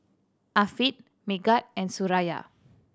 Afiq Megat and Suraya